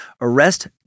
arrest